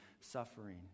suffering